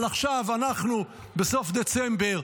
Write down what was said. אבל עכשיו אנחנו בסוף דצמבר,